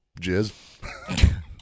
Jizz